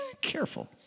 Careful